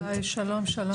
היי, שלום שלום.